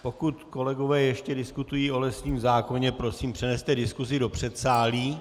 Pokud kolegové ještě diskutují o lesním zákoně, prosím, přeneste diskusi do předsálí.